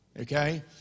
okay